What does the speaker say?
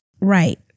Right